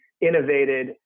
innovated